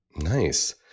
Nice